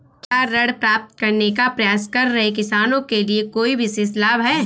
क्या ऋण प्राप्त करने का प्रयास कर रहे किसानों के लिए कोई विशेष लाभ हैं?